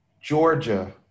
Georgia